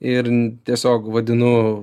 ir tiesiog vadinu